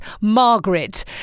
Margaret